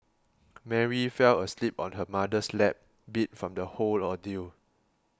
Mary fell asleep on her mother's lap beat from the whole ordeal